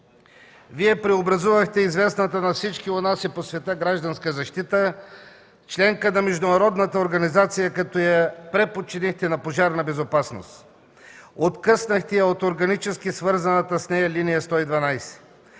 Вие преобразувахте известната на всички у нас и по света „Гражданска защита”, членка на Международната организация, като я преподчинихте на „Пожарна безопасност”. Откъснахте я от органически свързаната с нея линия на